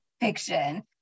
fiction